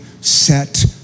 set